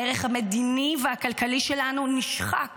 הערך המדיני והכלכלי שלנו נשחק